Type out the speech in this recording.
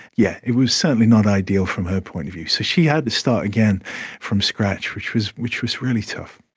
yeah, it was certainly not ideal from her point of view, so she had to start again from scratch, which was which was really tough.